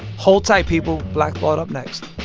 hold tight, people. black thought up next